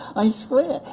i swear.